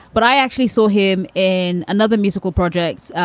but i actually saw him in another musical project,